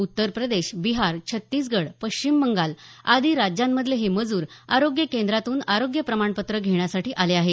उत्तरप्रदेश बिहार छत्तीसगड पश्चिम बंगाल आदी राज्यांमधले हे मजूर आरोग्यकेंद्रातून आरोग्य प्रमाणपत्र घेण्यासाठी आले आहेत